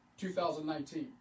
2019